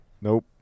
Nope